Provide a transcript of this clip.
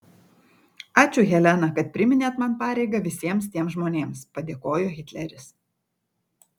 ačiū helena kad priminėt man pareigą visiems tiems žmonėms padėkojo hitleris